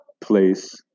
place